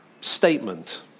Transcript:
statement